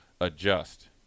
adjust